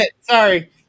sorry